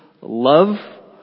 love